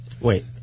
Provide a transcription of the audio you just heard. Wait